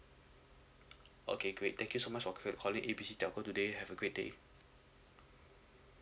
okay great thank you so much for calling A B C telco today have a great day